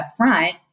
upfront